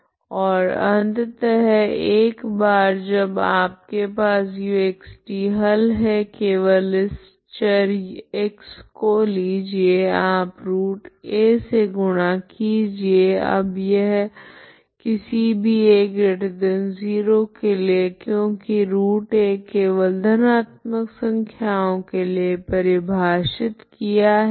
ओर अंततः एक बार जब आपके पास uxt हल है केवल इस चर x को लीजिए आप √a से गुणा कीजिए अब यह किसी भी a0 के लिए क्योकि √a केवल धनात्मक संख्याओं के लिए परिभाषित किया है